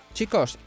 Chicos